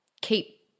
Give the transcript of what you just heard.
keep